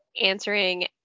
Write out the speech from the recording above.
Answering